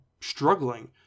struggling